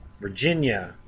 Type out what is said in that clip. Virginia